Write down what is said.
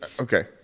okay